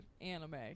anime